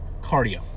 cardio